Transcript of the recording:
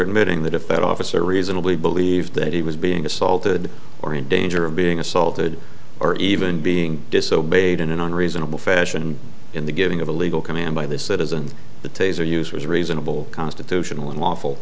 admitting that if that officer reasonably believed that he was being assaulted or in danger of being assaulted or even being disobeyed in an reasonable fashion in the giving of a legal command by the citizens the taser use was reasonable constitutional and lawful